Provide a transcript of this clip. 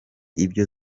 ibyo